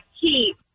keep